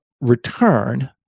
return